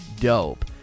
dope